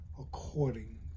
according